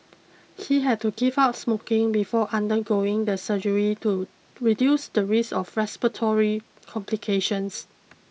he had to give up smoking before undergoing the surgery to reduce the risk of respiratory complications